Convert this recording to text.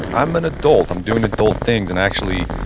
i'm an adult. i'm doing adult things and actually